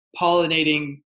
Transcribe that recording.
pollinating